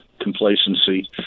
complacency